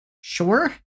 sure